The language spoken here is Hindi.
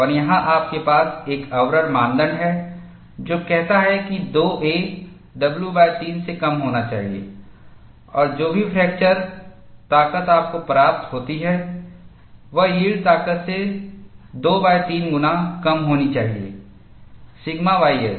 और यहां आपके पास एक आवरण मानदंड है जो कहता है कि 2a w3 से कम होना चाहिए और जो भी फ्रैक्चर ताकत आपको प्राप्त होती है वह यील्ड ताकत से 23 गुना कम होनी चाहिए सिग्मा ys